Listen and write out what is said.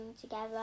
together